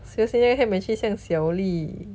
seriously 那个 ham and cheese 这么小粒